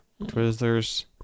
Twizzlers